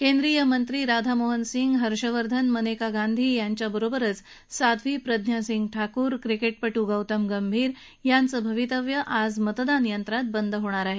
केंद्रीय मंत्री राधामोहन सिंह हर्षवर्धन मनेका गांधी यांच्या बरोबरच साध्वी प्रज्ञा सिंह ठाकूर क्रिकेटपटू गौतम गंभीर यांचं भवितव्य आज मतदान यंत्रात बंद होणार आहे